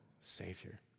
Savior